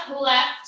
left